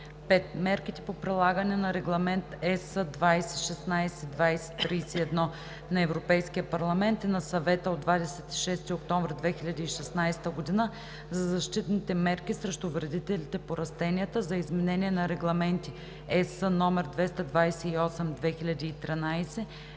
„5. мерките по прилагане на Регламент (EС) 2016/2031 на Европейския парламент и на Съвета от 26 октомври 2016 година за защитните мерки срещу вредителите по растенията, за изменение на регламенти (EС) № 228/2013,